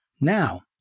Now